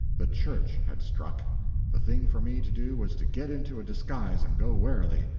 the church had struck the thing for me to do was to get into a disguise, and go warily.